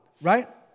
Right